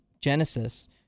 Genesis